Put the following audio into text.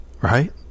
right